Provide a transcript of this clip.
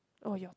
oh your turn